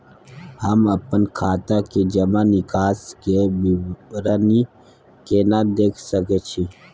हम अपन खाता के जमा निकास के विवरणी केना देख सकै छी?